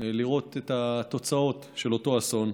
לראות את התוצאות של אותו אסון.